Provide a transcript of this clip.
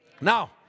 Now